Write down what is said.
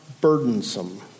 burdensome